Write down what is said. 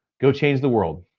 go change the world.